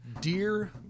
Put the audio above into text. Dear